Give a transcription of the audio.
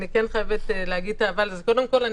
קודם כול,